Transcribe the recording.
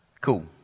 Cool